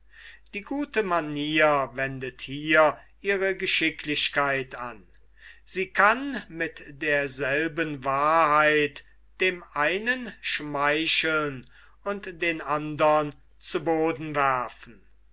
die gute manier wendet hier ihre geschicklichkeit an sie kann mit derselben wahrheit dem einen schmeicheln und den andern zu boden werfen